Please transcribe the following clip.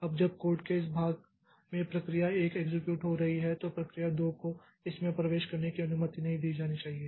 अब जब कोड के इस भाग में प्रक्रिया 1 एक्सेक्यूट हो रही है तो प्रक्रिया 2 को इसमें प्रवेश करने की अनुमति नहीं दी जानी चाहिए